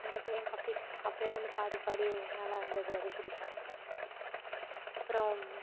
அந்தப் பையன் கப்பீஸ் அப்போயிலிருந்து பாடி பாடி மேலே வந்தது அது பிடிக்கும் அப்புறம்